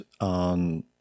on